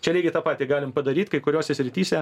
čia lygiai tą patį galim padaryi kai kuriose srityse